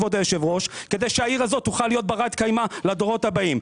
כבוד היושב ראש כדי שהעיר הזאת תוכל להיות ברת קיימה לדורות הבאים.